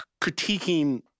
critiquing